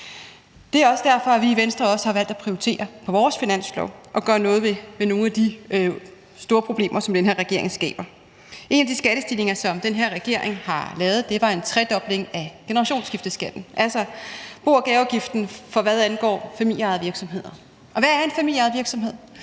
Det er også derfor, at vi i Venstre har valgt i vores finanslovsforslag at prioritere at gøre noget ved nogle af de store problemer, som den her regering skaber. En af de skattestigninger, som den her regering har lavet, er en tredobling af generationsskifteskatten, altså bo- og gaveafgiften, hvad angår familieejede virksomheder. Og hvad er en familieejet virksomhed?